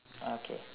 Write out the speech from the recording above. okay